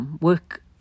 work